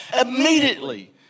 Immediately